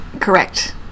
Correct